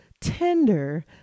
tender